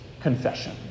confession